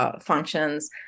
functions